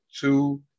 two